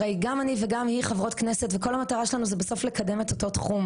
הרי גם אני וגם היא חברות כנסת וכל המטרה שלנו זה בסוף לקדם אותו תחום.